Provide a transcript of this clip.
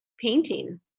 painting